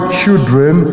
children